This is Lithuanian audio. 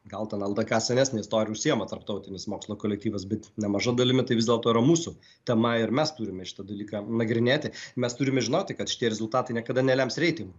gal ten ldk senesne istorija užsiima tarptautinis mokslo kolektyvas bet nemaža dalimi tai vis dėlto yra mūsų tema ir mes turime šitą dalyką nagrinėti mes turime žinoti kad šie rezultatai niekada nelems reitingų